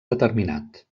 determinat